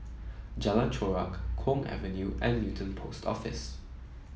Jalan Chorak Kwong Avenue and Newton Post Office